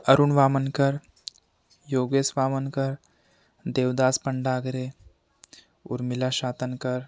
Arun Wawankar Yogesh Wawankar Devdas Pandagre Urmila Shatankar